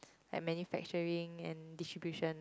like manufacturing and distribution